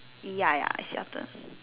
ya ya it shelters